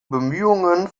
bemühungen